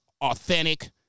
authentic